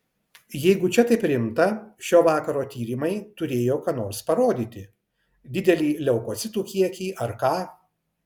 jeigu čia taip rimta šio vakaro tyrimai turėjo ką nors parodyti didelį leukocitų kiekį ar ką